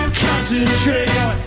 concentrate